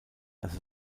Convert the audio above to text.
dass